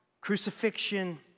crucifixion